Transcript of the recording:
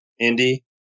Indy